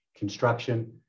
Construction